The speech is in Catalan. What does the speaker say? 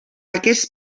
aquest